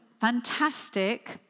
fantastic